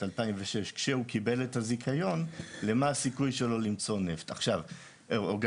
2006 כשהוא קיבל את הזיכיון למה הסיכוי שלו למצוא נפט או גז.